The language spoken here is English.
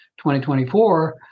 2024